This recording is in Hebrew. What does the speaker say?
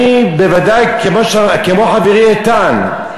אני בוודאי, כמו חברי איתן,